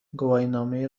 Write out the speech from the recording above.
گواهینامه